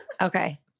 Okay